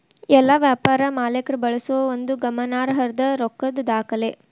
ಎಲ್ಲಾ ವ್ಯಾಪಾರ ಮಾಲೇಕ್ರ ಬಳಸೋ ಒಂದು ಗಮನಾರ್ಹದ್ದ ರೊಕ್ಕದ್ ದಾಖಲೆ